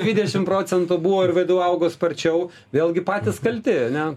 dvidešimt procentų buvo ir vdu augo sparčiau vėlgi patys kalti ar ne